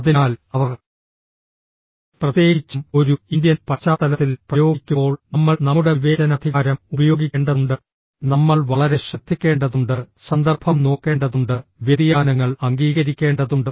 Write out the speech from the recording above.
അതിനാൽ അവ പ്രത്യേകിച്ചും ഒരു ഇന്ത്യൻ പശ്ചാത്തലത്തിൽ പ്രയോഗിക്കുമ്പോൾ നമ്മൾ നമ്മുടെ വിവേചനാധികാരം ഉപയോഗിക്കേണ്ടതുണ്ട് നമ്മൾ വളരെ ശ്രദ്ധിക്കേണ്ടതുണ്ട് സന്ദർഭം നോക്കേണ്ടതുണ്ട് വ്യതിയാനങ്ങൾ അംഗീകരിക്കേണ്ടതുണ്ട്